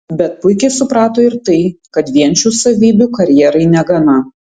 bet puikiai suprato ir tai kad vien šių savybių karjerai negana